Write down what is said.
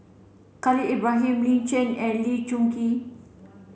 Khalil Ibrahim Lin Chen and Lee Choon Kee